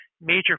major